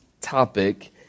topic